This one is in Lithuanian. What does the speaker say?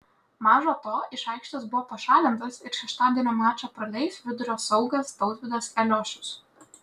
maža to iš aikštės buvo pašalintas ir šeštadienio mačą praleis vidurio saugas tautvydas eliošius